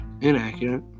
Inaccurate